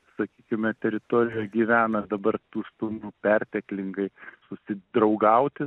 sakykime teritorijoj gyvena dabar tų stumbrų perteklingai susidraugauti